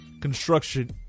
construction